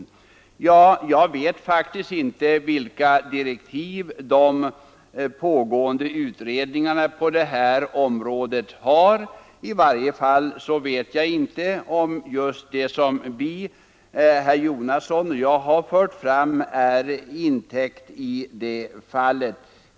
Jag vet faktiskt inte vilka direktiv de pågående utredningarna har fått, och i varje fall vet jag inte om den fråga som herr Jonasson och jag tagit upp behandlas av någon utredning.